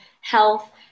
health